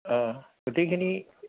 অঁ গোটেইখিনি